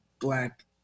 Black